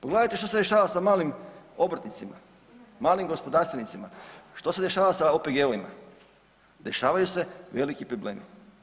Pogledajte što se dešava sa malim obrtnicima, malim gospodarstvenicima, što se dešava sa OPG-ovima, dešavaju se veliki problemi.